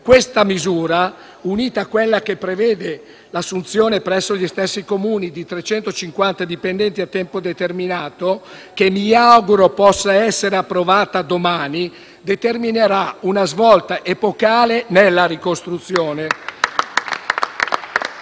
Questa misura, unita a quella che prevede l'assunzione presso gli stessi Comuni di 350 dipendenti a tempo determinato, che mi auguro possa essere approvata domani, determinerà una svolta epocale nella ricostruzione.